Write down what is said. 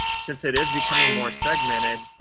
since it is becoming more segmented,